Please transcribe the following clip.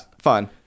Fine